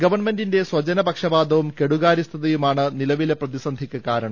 ഗവണ്മെന്റിന്റെ സ്വജനപക്ഷപാതവും കെടുകാര്യ സ്ഥതയുമാണ് നിലവിലെ പ്രതിസന്ധിക്ക് കാരണം